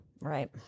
Right